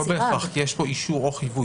לא בהכרח כי יש פה אישור או חיווי.